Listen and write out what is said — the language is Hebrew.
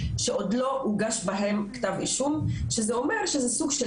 שעוד לא הוגש בהם כתב אישום שזה אומר שזה סוג של